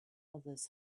others